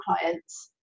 clients